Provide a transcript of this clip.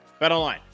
BetOnline